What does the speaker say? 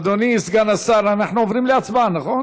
אדוני סגן השר, אנחנו עוברים להצבעה, נכון?